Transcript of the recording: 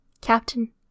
Captain